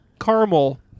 caramel